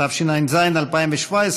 התשע"ז 2017,